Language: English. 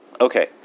Okay